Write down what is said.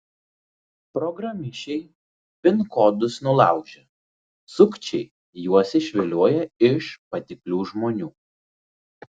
programišiai pin kodus nulaužia sukčiai juos išvilioja iš patiklių žmonių